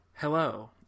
Hello